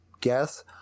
guess